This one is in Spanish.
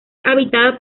habitada